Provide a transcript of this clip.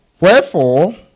Wherefore